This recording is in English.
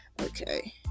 okay